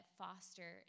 foster